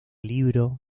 libro